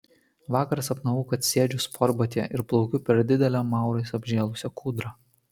vakar sapnavau kad sėdžiu sportbatyje ir plaukiu per didelę maurais apžėlusią kūdrą